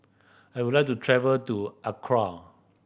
I would like to travel to Accra